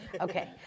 okay